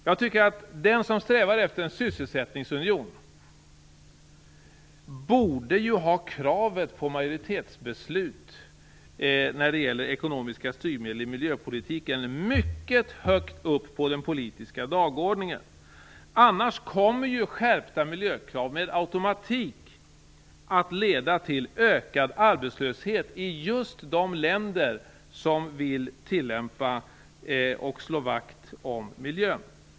Jag tycker att den som strävar efter en sysselsättningsunion borde ha kravet på majoritetsbeslut när det gäller ekonomiska styrmedel i miljöpolitiken mycket högt upp på den politiska dagordningen. Annars kommer skärpta miljökrav med automatik att leda till ökad arbetslöshet i just de länder som vill slå vakt om miljön.